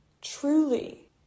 Truly